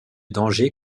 danger